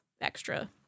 extra